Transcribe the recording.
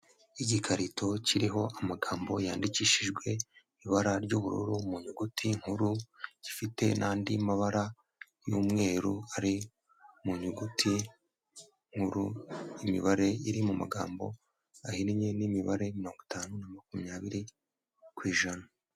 Igikarito kiriho amagambo yandikishijwe ibara ry'ubururu mu nyuguti nkuru, zifite n'andi mabara y'umweru ari mu nyuguti nkuru, imibare iri mu magambo ahinnye n'imibare mirongo itanu na makumyabiri ku ijana.